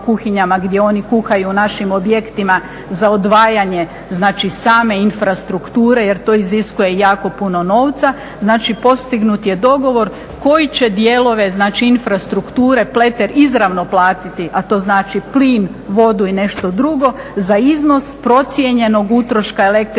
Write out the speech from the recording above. gdje oni kuhaju našim objektima za odvajanje znači sam infrastrukture jer to iziskuje jako puno novca. Znači postignut je dogovor koje će dijelove znači infrastrukture Pleter izravno platiti, a to znači plin, vodu i nešto drugo za iznos procijenjenog utroška električne